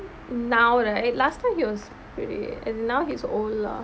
now right last time he was pre~ and now he's old lah